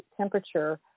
temperature